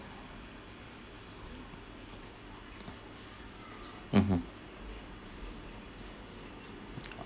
mmhmm